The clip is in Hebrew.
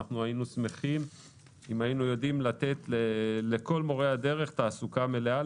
היינו שמחים אילו ידענו לתת לכל מורי הדרך תעסוקה מלאה.